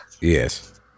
yes